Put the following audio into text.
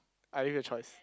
I give you a choice